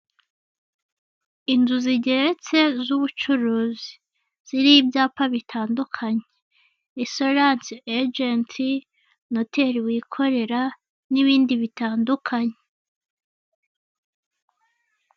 Inzu zigeretse z'ubucuruzi ziriho ibyapa bitandukanye, sorasi ejenti noteri wikorera n'ibindi bitandukanye.